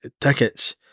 tickets